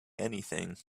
anything